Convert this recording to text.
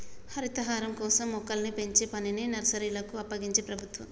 హరితహారం కోసం మొక్కల్ని పెంచే పనిని నర్సరీలకు అప్పగించింది ప్రభుత్వం